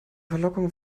verlockung